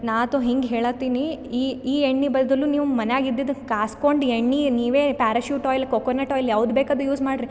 ನಾತೊ ಹಿಂಗೆ ಹೇಳಾತೀನಿ ಈ ಎಣ್ಣೆ ಬದಲು ನೀವು ಮನೆಯಾಗಿದ್ದಿದ್ ಕಾಸ್ಕೊಂಡು ಎಣ್ಣೆ ನೀವೇ ಪ್ಯಾರಶೂಟ್ ಆಯಿಲ್ ಕೊಕೊನಟ್ ಆಯಿಲ್ ಯಾವ್ದು ಬೇಕು ಅದು ಯೂಸ್ ಮಾಡ್ರಿ